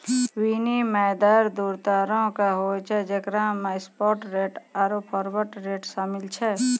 विनिमय दर दु तरहो के होय छै जेकरा मे स्पाट रेट आरु फारवर्ड रेट शामिल छै